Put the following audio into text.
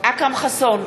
בהצבעה אכרם חסון,